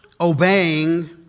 obeying